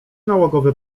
nałogowy